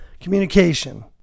Communication